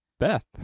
Beth